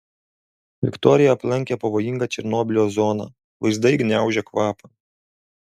viktorija aplankė pavojingą černobylio zoną vaizdai gniaužia kvapą